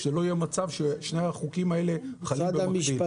שלא יהיה מצב ששני החוקים האלה חלים במקביל.